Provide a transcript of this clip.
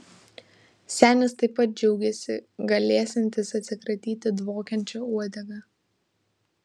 senis taip pat džiaugėsi galėsiantis atsikratyti dvokiančia uodega